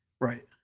right